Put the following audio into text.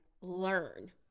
learn